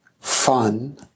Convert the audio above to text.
fun